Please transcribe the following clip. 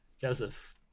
Joseph